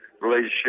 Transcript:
relationship